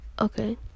okay